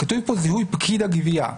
כאן זיהוי פקיד הגבייה.